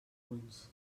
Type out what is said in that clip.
punts